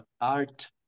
art